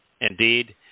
Indeed